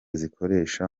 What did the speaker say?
zikoresha